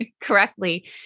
correctly